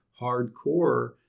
hardcore